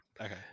Okay